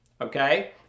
Okay